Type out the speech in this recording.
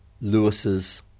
Lewis's